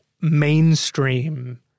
mainstream